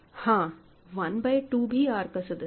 हाँ 1 बाय 2 भी R का सदस्य है